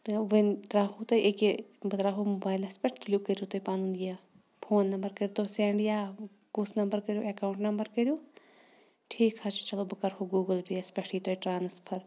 تہٕ وٕنۍ ترٛاوہو تۄہہِ ایٚکیٛاہ بہٕ ترٛاوہو موبایلَس پٮ۪ٹھ تُلِو کٔرِو تُہۍ پَنُن یہِ فون نمبر کٔرۍتو سٮ۪نٛڈ یا کُس نمبر کٔرِو اٮ۪کاوُنٛٹ نمبر کٔرِو ٹھیٖک حظ چھُ چلو بہٕ کَرٕہو گوٗگٕل پے یَس پٮ۪ٹھٕے تۄہہِ ٹرٛانَسفَر